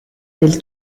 del